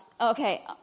Okay